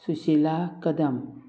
Sushila Kadam